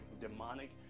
demonic